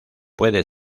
puede